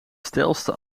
steilste